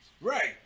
Right